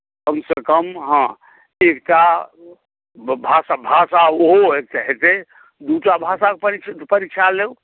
कमसँ कम हँ एकटा भाषा ओहो हेतै दूटा भाषाके परीक्षा लउ